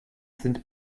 sind